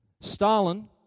Stalin